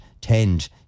tend